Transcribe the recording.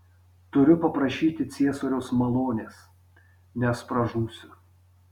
turiu paprašyti ciesoriaus malonės nes pražūsiu